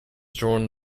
drawn